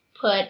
put